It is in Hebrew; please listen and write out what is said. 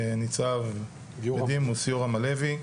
ניצב בדימוס, יורם הלוי.